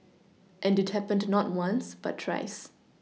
and it happened not once but thrice